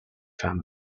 family